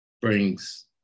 brings